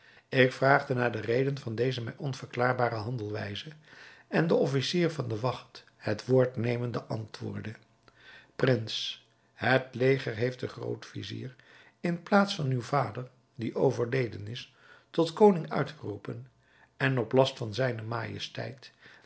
ik vraagde naar de reden van deze mij onverklaarbare handelwijze en de officier van de wacht het woord nemende antwoordde prins het leger heeft den groot-vizier in plaats van uw vader die overleden is tot koning uitgeroepen en op last van zijne majesteit